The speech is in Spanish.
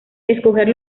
escoger